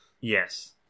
Yes